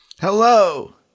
hello